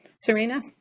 serena?